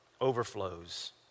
overflows